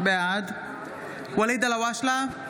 בעד ואליד אלהואשלה,